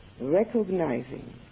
recognizing